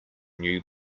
new